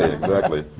exactly.